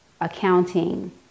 accounting